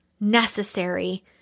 necessary